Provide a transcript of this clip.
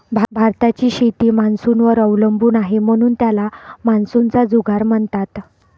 भारताची शेती मान्सूनवर अवलंबून आहे, म्हणून त्याला मान्सूनचा जुगार म्हणतात